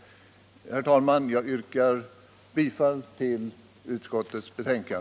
Herr talman! Jag yrkar bifall till utskottets hemställan.